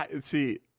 See